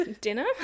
dinner